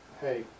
hey